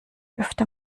öfter